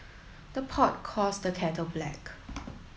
the pot calls the kettle black